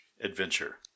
adventure